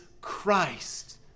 Christ